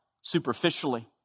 superficially